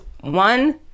one